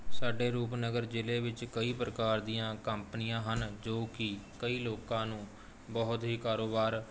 ਸਾਡੇ ਰੂਪਨਗਰ ਜ਼ਿਲ੍ਹੇ ਵਿੱਚ ਕਈ ਪ੍ਰਕਾਰ ਦੀਆਂ ਕੰਪਨੀਆਂ ਹਨ ਜੋ ਕਿ ਕਈ ਲੋਕਾਂ ਨੂੰ ਬਹੁਤ ਹੀ ਕਾਰੋਬਾਰ